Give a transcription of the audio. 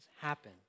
happen